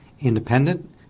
independent